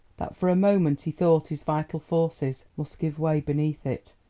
that for a moment he thought his vital forces must give way beneath it,